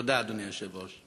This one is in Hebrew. תודה, אדוני היושב-ראש.